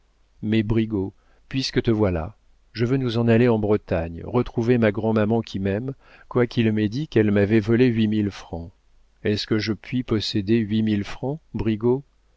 mais brigaut puisque te voilà je veux nous en aller en bretagne retrouver ma grand'maman qui m'aime quoiqu'ils m'aient dit qu'elle m'avait volé huit mille francs est-ce que je puis posséder huit mille francs